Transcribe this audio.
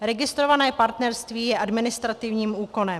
Registrované partnerství je administrativním úkonem.